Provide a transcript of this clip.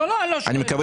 אני מקווה